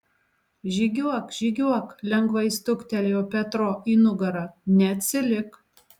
žygiuok žygiuok lengvai stuktelėjo petro į nugarą neatsilik